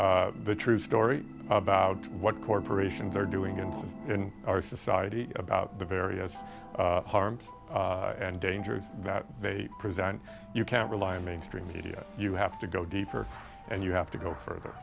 the the true story about what corporations are doing and in our society about the various harm and dangers that they present you can't rely in mainstream media you have to go deeper and you have to go further